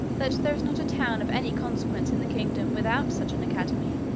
that there is not a town of any consequence in the kingdom without such an academy.